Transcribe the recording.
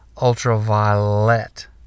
ultraviolet